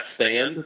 stand